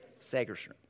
Sagerstrom